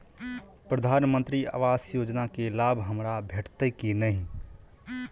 प्रधानमंत्री आवास योजना केँ लाभ हमरा भेटतय की नहि?